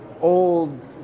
old